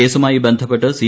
കേസുമായി ബന്ധപ്പെട്ട് സി